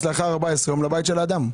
אחרי 14 יום לבית של האדם.